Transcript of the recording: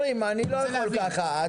עם